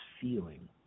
feeling